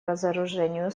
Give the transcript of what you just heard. разоружению